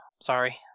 Sorry